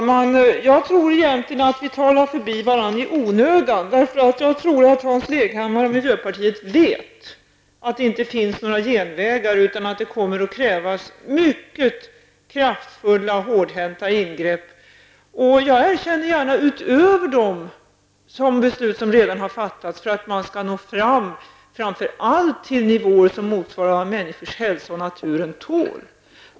Herr talman! Jag tror egentligen att vi talar förbi varandra i onödan. Jag tror att miljöpartiet och Hans Leghammar vet att det inte finns några genvägar, utan att det kommer att krävas mycket kraftfulla och hårdhänta ingrepp utöver de beslut som redan har fattats för att man framför allt skall nå fram till nivåer som motsvarar vad människors hälsa och naturen tål.